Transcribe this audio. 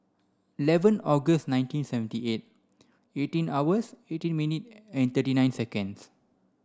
eleven August nineteen seventy eight eighteen hours eighteen minute and thirty nine seconds